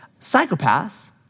Psychopaths